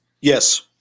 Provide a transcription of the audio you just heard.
Yes